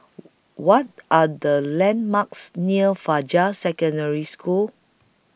What Are The landmarks near Fajar Secondary School